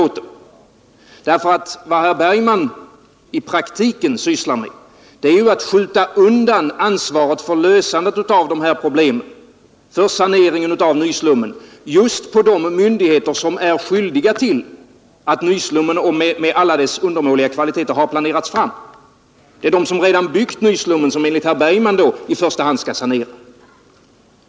Vad herr Bergman i praktiken sysslar med är ju att skjuta över ansvaret för lösandet av problemen med sanering av nyslummen just till de myndigheter som är skyldiga till att nyslummen med alla dess undermåliga kvaliteter har planerats fram. Det är de som byggt nyslummen som, enligt herr Bergman, i första hand skall sanera.